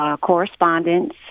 correspondence